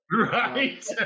Right